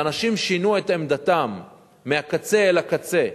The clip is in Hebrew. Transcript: ואנשים שינו את עמדתם מהקצה אל הקצה,